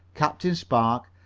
captain spark,